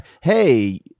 hey